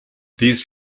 these